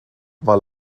war